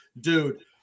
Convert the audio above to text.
dude